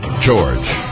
George